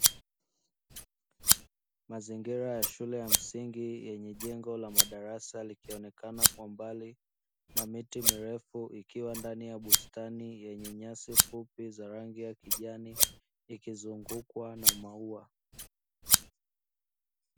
Mazingira ya shule ya msingi, yenye jengo la madarasa likionekana kwa mbali na miti mirefu ikiwa ndani ya bustani yenye nyasi fupi za rangi ya kijani, ikizungukwa na maua.